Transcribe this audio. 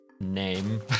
name